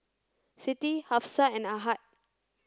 Siti Hafsa and Ahad